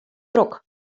drok